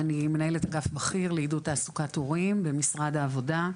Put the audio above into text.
אני מנהלת אגף בכיר לעידוד תעסוקת הורים במשרד העבודה.